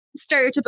stereotypical